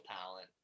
talent